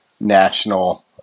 national